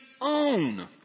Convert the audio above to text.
own